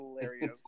hilarious